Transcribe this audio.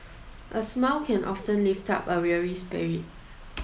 a smile can often lift up a weary spirit